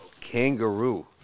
Kangaroo